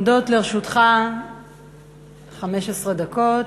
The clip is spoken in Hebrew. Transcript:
עומדות לרשותך 15 דקות.